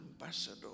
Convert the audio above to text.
ambassador